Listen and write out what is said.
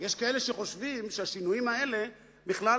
יש כאלה שחושבים שהשינויים האלה בכלל